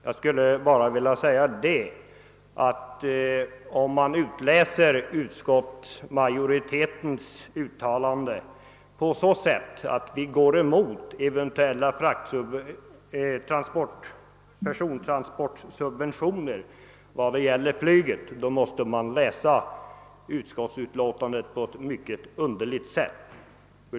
Jag vill bara framhålla att den som av utskottsutlåtandet anser sig kunna utläsa att majoriteten går emot förslaget om persontransportsubventioner när det gäller flyget måste läsa utlåtandet på ett mycket underligt sätt.